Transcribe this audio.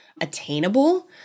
attainable